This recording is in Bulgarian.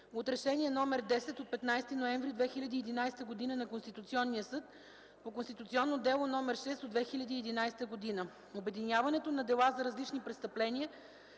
от Решение № 10 от 15 ноември 2011 г. на Конституционния съд по Конституционно дело № 6 от 2011 г. Обединяването на дела за различни престъпления